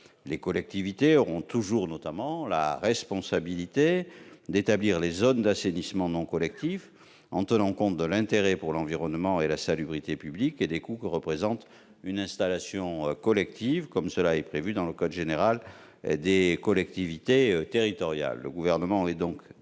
Les collectivités auront toujours la responsabilité de l'établissement des zones d'assainissement non collectif en tenant compte de l'intérêt pour l'environnement et la salubrité publique et des coûts que représente une installation collective, comme cela est prévu dans le code général des collectivités territoriales. Le Gouvernement est donc défavorable